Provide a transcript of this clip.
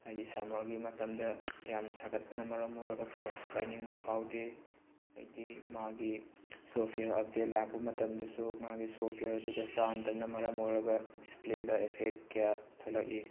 ꯍꯥꯏꯗꯤ ꯁꯝꯃꯔꯒꯤ ꯃꯇꯝꯗ ꯌꯥꯝ ꯁꯥꯒꯠꯄꯅ ꯃꯔꯝ ꯑꯣꯏꯔꯒ ꯐꯣꯟꯁꯤ ꯄꯥꯏꯅꯤꯡꯕ ꯐꯥꯎꯗꯦ ꯑꯩꯗꯤ ꯃꯥꯒꯤ ꯁꯣꯐꯋꯌꯥꯔ ꯑꯞꯗꯦꯠ ꯂꯥꯛꯄ ꯃꯇꯝꯗꯁꯨ ꯃꯥꯒꯤ ꯁꯣꯐꯋꯤꯌꯥꯔ ꯑꯗꯨꯒ ꯆꯥꯟꯅꯗꯕꯅ ꯃꯔꯝ ꯑꯣꯏꯔꯒ ꯗꯤꯁꯄ꯭ꯂꯦꯗ ꯑꯦꯐꯦꯛ ꯀꯌꯥ ꯊꯣꯛꯂꯛꯏ